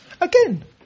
Again